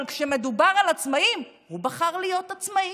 אבל כשמדובר על עצמאים, הוא בחר להיות עצמאי,